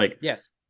Yes